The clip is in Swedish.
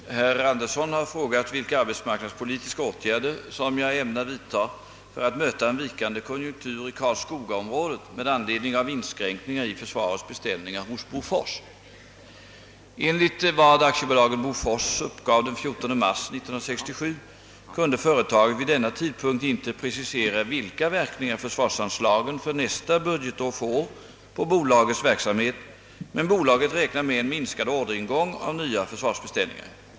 Herr talman! Herr Andersson i Örebro har frågat vilka arbetsmarknadspolitiska åtgärder som jag ämnar vidta för att möta en vikande konjunktur i karlskogaområdet med anledning av inskränkningar i försvarets beställningar hos Bofors. Enligt vad AB Bofors uppgav den 14 mars 1967 kunde företaget vid denna tidpunkt inte precisera vilka verkningar försvarsanslagen för nästa budgetår får på bolagets verksamhet, men bolaget räknar med en minskad orderingång av nya försvarsbeställningar.